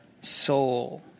soul